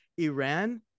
Iran